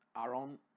Aaron